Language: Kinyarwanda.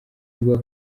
rwa